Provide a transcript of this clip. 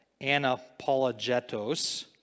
anapologetos